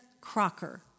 Crocker